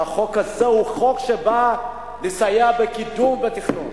שהחוק הזה הוא חוק שבא לסייע בקידום ותכנון.